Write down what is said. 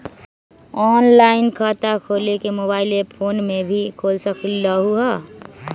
Online खाता खोले के मोबाइल ऐप फोन में भी खोल सकलहु ह?